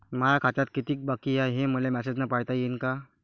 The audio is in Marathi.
माया खात्यात कितीक बाकी हाय, हे मले मेसेजन पायता येईन का?